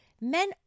Men